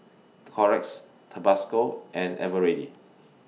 Xorex Tabasco and Eveready